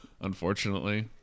unfortunately